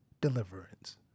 Deliverance